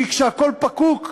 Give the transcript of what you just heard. כי כשהכול פקוק,